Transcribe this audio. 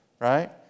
Right